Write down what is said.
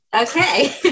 Okay